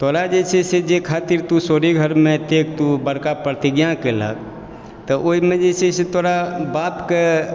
तोड़ा जे छै से जाहि खातिर तु सुरी घरमे तु बड़का प्रतिज्ञा केलक तऽ ओहिमे जे छै से तोड़ा बापके